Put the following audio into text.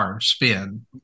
spin